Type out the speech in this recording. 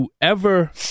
whoever